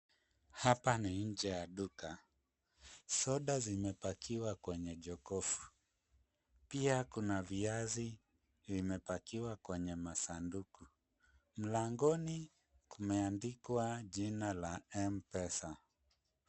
Hapa ni nje ya duka, soda zimepakiwa kwenye jokofu. Pia kuna viazi vimepakiwa kwenye masanduku. Mlangoni kumeandikwa jina la m-pesa.